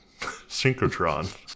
synchrotron